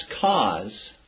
cause